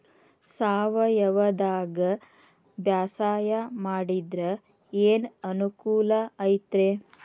ಸಾವಯವದಾಗಾ ಬ್ಯಾಸಾಯಾ ಮಾಡಿದ್ರ ಏನ್ ಅನುಕೂಲ ಐತ್ರೇ?